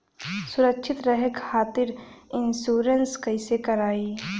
सुरक्षित रहे खातीर इन्शुरन्स कईसे करायी?